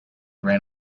ran